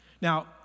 Now